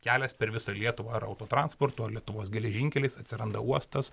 kelias per visą lietuvą ar auto transportu ar lietuvos geležinkeliais atsiranda uostas